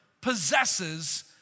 possesses